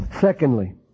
Secondly